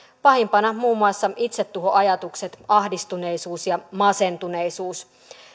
pahimmillaan muun muassa itsetuhoajatuksia ahdistuneisuutta ja masentuneisuutta